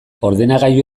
ordenagailu